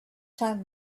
time